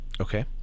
Okay